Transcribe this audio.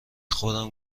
خودم